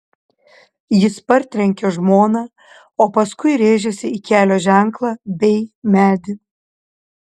jis partrenkė žmoną o paskui rėžėsi į kelio ženklą bei medį